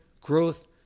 growth